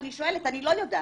אני שואלת, אני לא יודעת.